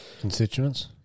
Constituents